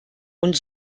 und